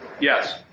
Yes